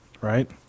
right